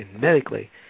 medically